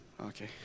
Okay